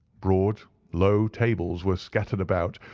broad, low tables were scattered about,